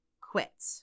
quit